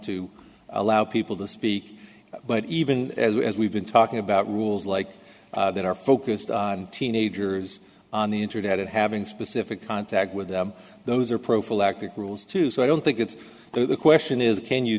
to allow people to speak but even as we've been talking about rules like that are focused on teenagers on the internet and having specific contact with them those are prophylactic rules too so i don't think it's the question is can you